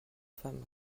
femmes